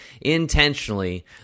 intentionally